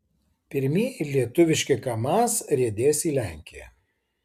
pirmieji lietuviški kamaz riedės į lenkiją